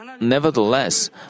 Nevertheless